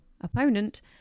opponent